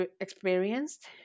experienced